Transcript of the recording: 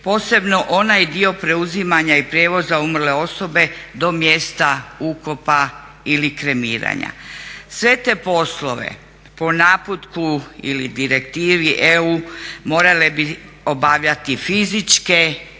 posebno onaj dio preuzimanja i prijevoza umrle osobe do mjesta ukopa ili kremiranja. Sve te poslove po naputku ili direktivi EU morale bi obavljati fizičke